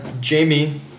Jamie